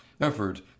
effort